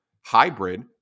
hybrid